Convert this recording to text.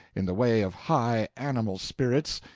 in the way of high animal spirits,